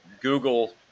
Google